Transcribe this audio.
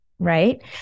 right